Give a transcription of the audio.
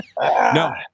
No